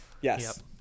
Yes